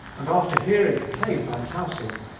and, after hearing it played by tausig,